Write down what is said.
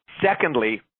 Secondly